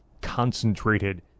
concentrated